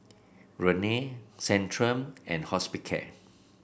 Rene Centrum and Hospicare